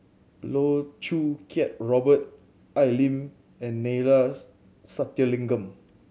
Loh Choo Kiat Robert Al Lim and Neila Sathyalingam